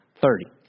thirty